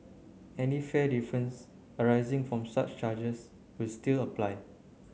any fare difference arising from such charges will still apply